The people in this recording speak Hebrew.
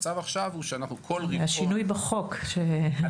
זה השינוי בחוק שנעשה.